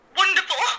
wonderful